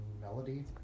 Melody